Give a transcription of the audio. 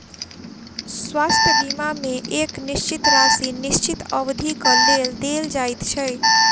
स्वास्थ्य बीमा मे एक निश्चित राशि निश्चित अवधिक लेल देल जाइत छै